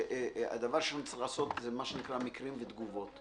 שהדבר שנצטרך לעשות, זה מה שנקרא מקרים ותגובות.